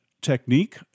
technique